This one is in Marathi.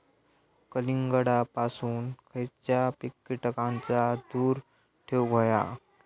कलिंगडापासून खयच्या कीटकांका दूर ठेवूक व्हया?